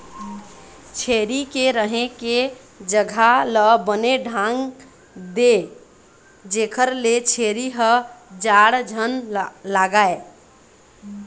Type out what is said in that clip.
छेरी के रहें के जघा ल बने ढांक दे जेखर ले छेरी ल जाड़ झन लागय